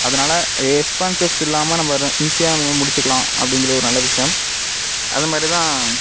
அதனால் எக்ஸ்பென்சஸ் இல்லாமல் நம்ம ர ஈஸியாக நம்ம வந் முடித்துக்கலாம் அப்படிங்கிறது ஒரு நல்ல விஷயம் அது மாதிரி தான்